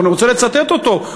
אני רוצה לצטט אותו,